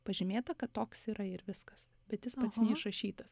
pažymėta kad toks yra ir viskas bet jis pats neišrašytas